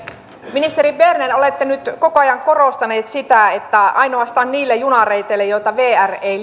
ministeri berner olette nyt koko ajan korostanut sitä että ainoastaan niille junareiteille joita vr ei